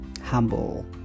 humble